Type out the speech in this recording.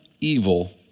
evil